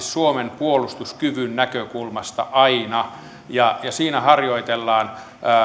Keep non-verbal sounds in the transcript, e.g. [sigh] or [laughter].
[unintelligible] suomen puolustuskyvyn näkökulmasta aina ja siinä harjoitellaan